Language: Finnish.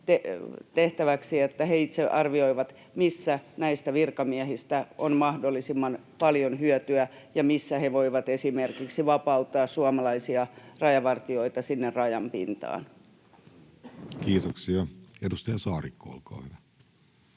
tehtäväksi, että he itse arvioivat, missä näistä virkamiehistä on mahdollisimman paljon hyötyä ja missä he voivat esimerkiksi vapauttaa suomalaisia rajavartijoita sinne rajan pintaan. Kiitoksia. — Edustaja Saarikko, olkaa hyvä.